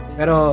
Pero